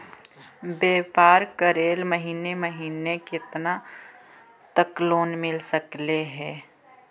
व्यापार करेल महिने महिने केतना तक लोन मिल सकले हे?